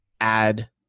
add